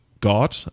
god